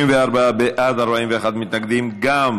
34 בעד, 41 נגד, אין נמנעים.